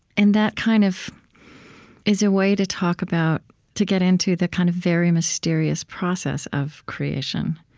and that kind of is a way to talk about, to get into, the kind of very mysterious process of creation.